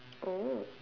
oh